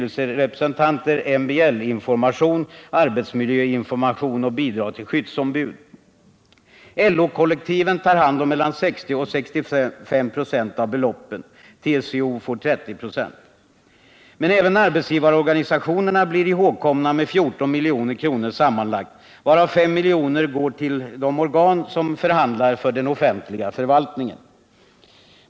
LO-kollektiven tar hand om mellan 60 och 65 96 av beloppen. TCO får 30 96. Men även arbetsgivarorganisationerna blir ihågkomna med 14 milj.kr. sammanlagt, varav 5 milj.kr. går till de organ som förhandlar för den offentliga förvaltningen.